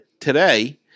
Today